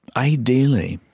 ideally,